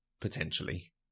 potentially